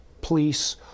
police